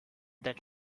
that